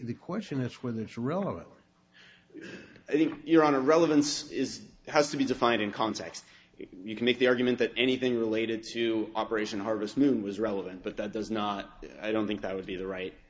the question is whether it's relevant i think you're on a relevance is has to be defined in context you can make the argument that anything related to operation harvest moon was relevant but that does not i don't think that would be the right